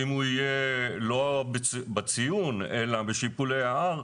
עכשיו, אם הוא יהיה לא בציון אלא בשיפולי ההר,